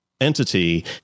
entity